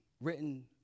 Written